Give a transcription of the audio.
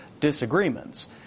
disagreements